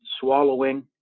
swallowing